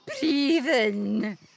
Breathing